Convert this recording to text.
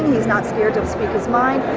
he's not scared to speak his mind.